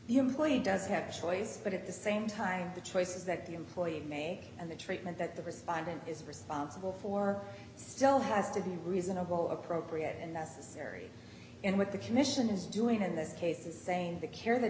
the employee does have a choice but at the same time the choices that the employee made and the treatment that the respondent is responsible for still has to be reasonable appropriate and necessary and what the commission is doing in this case is saying the care that